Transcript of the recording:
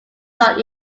lot